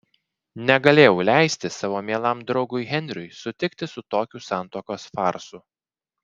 negalėjau leisti savo mielam draugui henriui sutikti su tokiu santuokos farsu